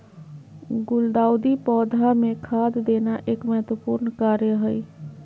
गुलदाऊदी पौधा मे खाद देना एक महत्वपूर्ण कार्य हई